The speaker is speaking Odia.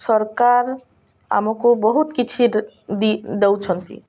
ସରକାର ଆମକୁ ବହୁତ କିଛି ଦେଉଛନ୍ତି